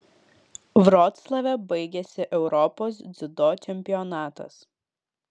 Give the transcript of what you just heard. vroclave baigėsi europos dziudo čempionatas